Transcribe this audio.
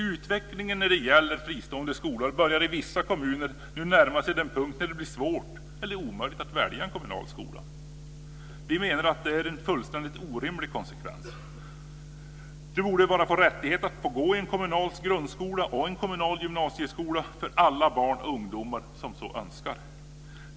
Utvecklingen när det gäller fristående skolor börjar i vissa kommuner nu att närma sig den punkt där det blir svårt eller omöjligt att välja en kommunal skola. Vi menar att det är en fullständigt orimlig konsekvens. Det borde vara en rättighet att få gå i en kommunal grundskola och i en kommunal gymnasieskola för alla barn och ungdomar som så önskar.